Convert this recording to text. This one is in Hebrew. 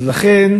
אז לכן,